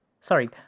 Sorry